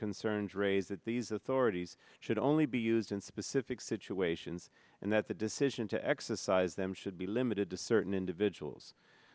concerns raised at these authorities should only be used in specific situations and that the decision to exercise them should be limited to certain individuals